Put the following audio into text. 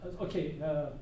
Okay